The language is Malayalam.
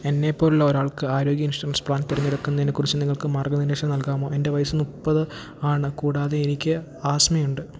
എന്നെപ്പോലുള്ളൊരാൾക്ക് ആരോഗ്യ ഇൻഷുറൻസ് പ്ലാൻ തിരഞ്ഞെടുക്കുന്നതിനെക്കുറിച്ച് നിങ്ങൾക്കു മാർഗ്ഗനിർദ്ദേശം നൽകാമോ എൻ്റെ വയസ്സ് മുപ്പത് ആണ് കൂടാതെ എനിക്ക് ആസ്മയുണ്ട്